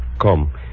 Come